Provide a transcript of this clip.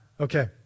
Okay